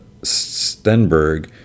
Stenberg